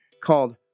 called